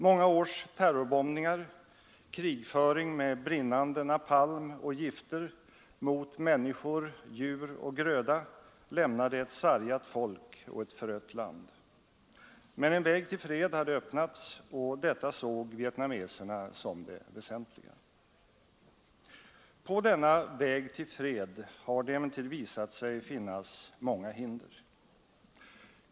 Många års terrorbombningar, krigföring med brinnande napalm och gifter mot människor, djur och gröda lämnade ett sargat folk och ett förött land. Men en väg till fred hade öppnats och detta såg vietnameserna som det väsentliga. På denna väg till fred har det emellertid visat sig finnas många hinder.